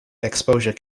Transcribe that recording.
exposure